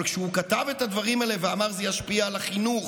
אבל כשהוא כתב את הדברים האלה ואמר: זה ישפיע על החינוך